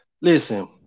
listen